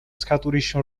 scaturisce